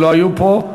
שלא היו פה,